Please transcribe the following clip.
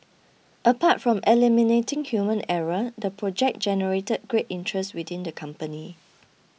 apart from eliminating human error the project generated great interest within the company